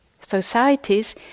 societies